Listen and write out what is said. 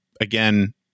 again